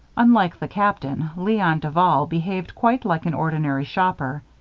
unlike the captain, leon duval behaved quite like an ordinary shopper.